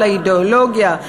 לאידיאולוגיה,